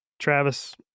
Travis